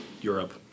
Europe